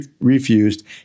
refused